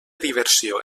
diversió